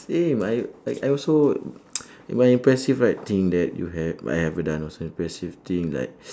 see my I I also my impressive right thing that you had I have done also impressive thing like